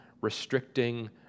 restricting